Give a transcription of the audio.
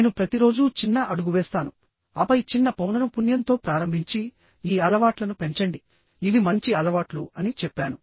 నేను ప్రతిరోజూ చిన్న అడుగు వేస్తాను ఆపై చిన్న పౌనఃపున్యంతో ప్రారంభించి ఈ అలవాట్లను పెంచండి ఇవి మంచి అలవాట్లు అని చెప్పాను